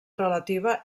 relativa